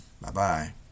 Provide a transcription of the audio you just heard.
Bye-bye